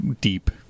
deep